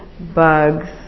Bugs